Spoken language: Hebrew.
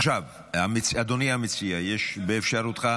עכשיו, אדוני המציע, יש באפשרותך